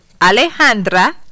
Alejandra